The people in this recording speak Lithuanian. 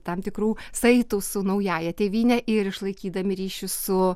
tam tikrų saitų su naująja tėvyne ir išlaikydami ryšius su